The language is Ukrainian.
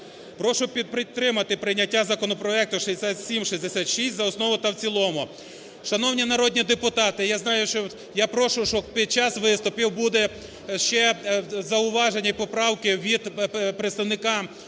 Прошу підтримати прийняття законопроекту 6766 за основу та в цілому. Шановні народні депутати, я знаю, що… я прошу, щоб під час виступів будуть ще зауваження і поправки від представника